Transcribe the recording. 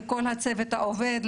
לכל הצוות העובד,